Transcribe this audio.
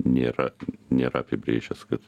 nėra nėra apibrėžęs kad